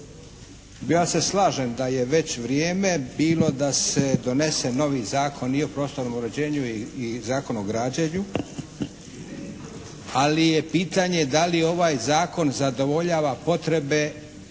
Ja se slažem da je već vrijeme bilo da se donese novi zakon i o prostornom uređenju i zakon o građenju ali je pitanje da li ovaj zakon zadovoljava potrebe